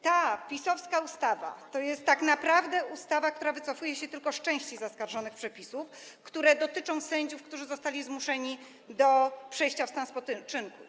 Ta PiS-owska ustawa to jest tak naprawdę ustawa, która wycofuje się tylko z części zaskarżonych przepisów, które dotyczą sędziów, którzy zostali zmuszeni do przejścia w stan spoczynku.